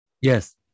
Yes